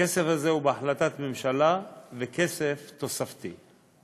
הכסף הזה הוא בהחלטת ממשלה וכסף תוספתי.